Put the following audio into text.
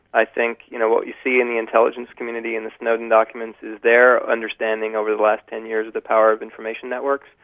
i think you know what you see in the intelligence community in the snowden documents is their understanding over the last ten years of the power of information networks.